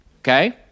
Okay